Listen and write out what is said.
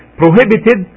prohibited